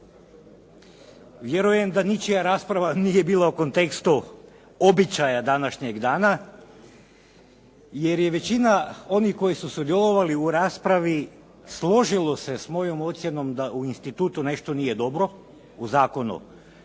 Vjerujem da ničija rasprava nije bila u kontekstu običaja današnjeg dana, jer je većina onih koji su sudjelovali u raspravi složilo se s mojom ocjenom da u institutu ne što nije dobro u zakonu,